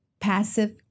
passive